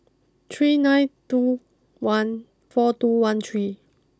three nine two one four two one three